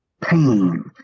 Pain